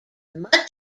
much